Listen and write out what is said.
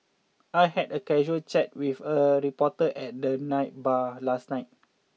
I had a casual chat with a reporter at the night bar last night